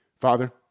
Father